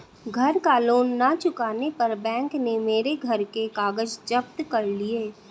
घर का लोन ना चुकाने पर बैंक ने मेरे घर के कागज जप्त कर लिए